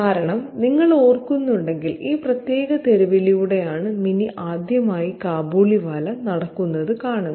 കാരണം നിങ്ങൾ ഓർക്കുന്നുണ്ടെങ്കിൽ ഈ പ്രത്യേക തെരുവിലൂടെയാണ് മിനി ആദ്യമായി കാബൂളിവാല നടക്കുന്നത് കാണുന്നത്